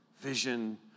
vision